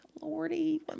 Lordy